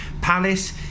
Palace